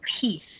peace